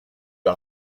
l’a